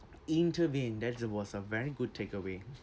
intervene that was a very good takeaway